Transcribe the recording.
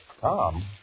Tom